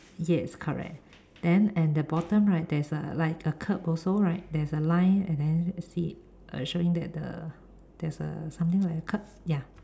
yes correct then and the bottom right there is a like a curb also right there's a line and then see it uh showing that the there's err something like a curb ya